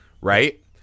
right